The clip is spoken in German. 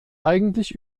eigentlich